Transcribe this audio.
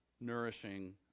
nourishing